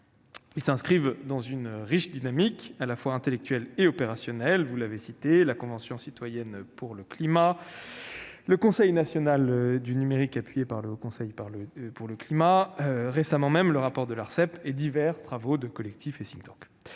Ils s'inscrivent dans une riche dynamique, à la fois intellectuelle et opérationnelle- ont été cités la Convention citoyenne pour le climat, le Conseil national du numérique, appuyé par le Haut Conseil pour le climat, le récent rapport de l'Arcep ou divers travaux de collectifs et think-tanks,